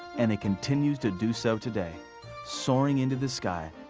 and it continues to do so today soaring into the sky,